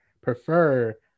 prefer